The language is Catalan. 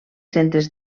centres